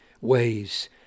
ways